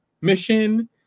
mission